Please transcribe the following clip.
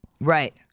Right